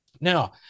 now